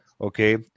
Okay